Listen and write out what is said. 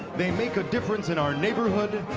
they make a difference in our neighborhood,